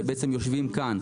שבעצם יושבים כאן,